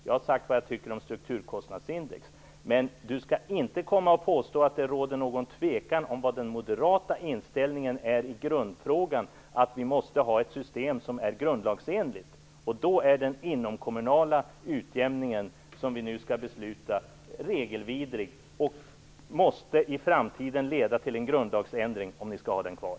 Jag har sagt vad jag tycker om strukturkostnadsindex, men Kjell Nordström skall inte komma och påstå att det råder någon tvekan om vad den moderata inställningen i grundfrågan är. Vi måste ha ett system som är grundlagsenligt, och då är den inomkommunala utjämning som vi nu skall fatta beslut om regelvidrig. Det måste till en grundlagsändring i framtiden om ni skall ha den kvar.